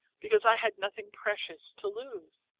because i had nothing precious to lose.